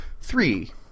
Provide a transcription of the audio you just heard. three